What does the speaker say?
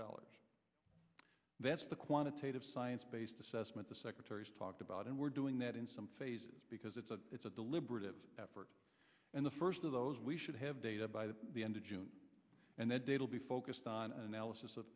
dollars that's the quantitative science based assessment the secretary's talked about and we're doing that in some phases because it's a it's a deliberative effort and the first of those we should have data by the the end of june and the date will be focused on analysis of